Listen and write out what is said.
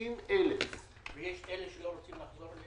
50,000. כי יש כאלה שלא רוצים לחזור.